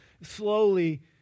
slowly